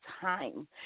time